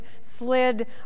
slid